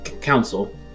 council